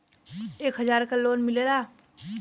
एक हजार के लोन मिलेला?